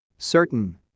certain